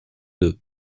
deux